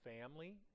family